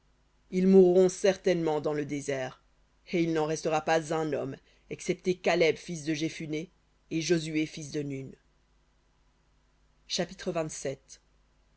ils mourront certainement dans le désert et il n'en resta pas un homme excepté caleb fils de jephunné et josué fils de nun chapitre